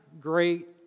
Great